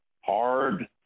hard